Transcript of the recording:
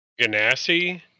Ganassi